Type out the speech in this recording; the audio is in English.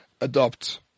adopt